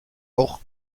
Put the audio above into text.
auch